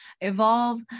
evolve